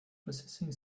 processing